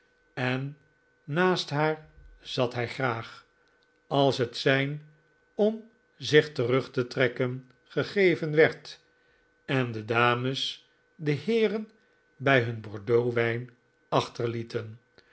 en naast haar zat hij graag als het sein om zich terug te trekken gegeven werd en de dames de heeren bij hun bordeauxwijn